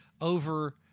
over